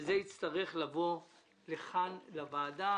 וזה יצטרך לבוא לכאן לוועדה.